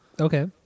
Okay